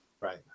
Right